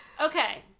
Okay